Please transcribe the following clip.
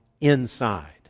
inside